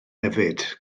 hefyd